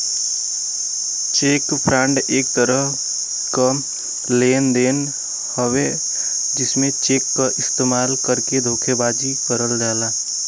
check fraud एक तरह क लेन देन हउवे जेमे चेक क इस्तेमाल करके धोखेबाजी करल जाला